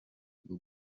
bwo